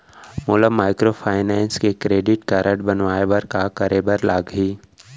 मोला माइक्रोफाइनेंस के credit card बनवाए बर का करे बर लागही?